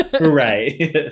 right